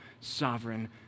sovereign